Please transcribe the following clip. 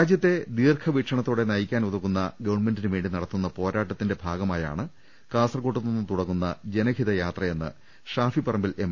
രാജ്യത്തെ ദീർഘവീക്ഷണത്തോടെ നയിക്കാനുതകുന്ന ഗവൺമെന്റിനുവേണ്ടി നടത്തുന്ന പോരാട്ടത്തിന്റെ ഭാഗമാണ് കാസർകോട്ട്നിന്ന് തൂടങ്ങുന്ന ജനഹിതയാ ത്രയെന്ന് ഷാഫി പറമ്പിൽ എം